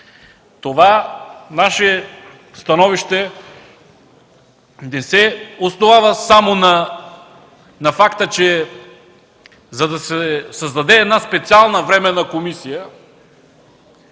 Това наше становище не се основава само на факта, че за да се създаде една специална временна комисия